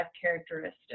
characteristics